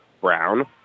Brown